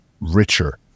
richer